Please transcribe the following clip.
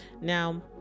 Now